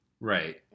Right